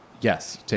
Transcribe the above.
yes